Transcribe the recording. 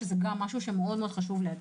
שזה גם משהו שחשוב מאוד להדגיש.